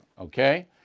Okay